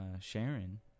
Sharon